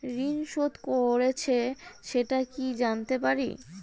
ঋণ শোধ করেছে সেটা কি জানতে পারি?